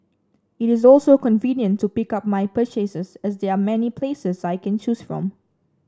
it is also convenient to pick up my purchases as there are many places I can choose from